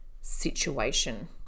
situation